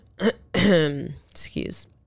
excuse